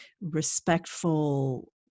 respectful